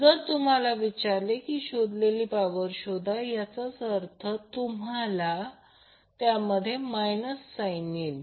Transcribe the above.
जर तुम्हाला विचारले की शोधलेली पॉवर शोधा याचाअर्थ तुम्हाला त्यामध्ये मायनस साईंन येईल